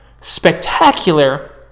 spectacular